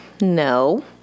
No